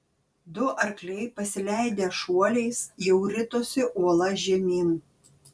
du arkliai pasileidę šuoliais jau ritosi uola žemyn